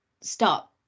stop